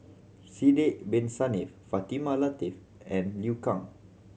Sidek Bin Saniff Fatimah Lateef and Liu Kang